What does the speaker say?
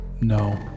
no